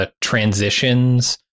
transitions